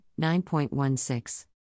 9.16